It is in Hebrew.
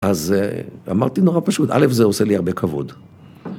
אז אמרתי נורא פשוט, א', זה עושה לי הרבה כבוד.